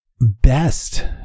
best